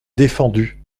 défendu